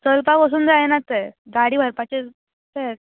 चलपाक पासून जायना तें गाडी व्हरपाचें तेंच